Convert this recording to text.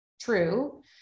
true